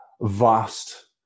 vast –